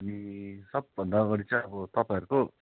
अनि सब भन्दा अगाडि चाहिँ अब तपाईँहरूको